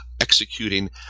executing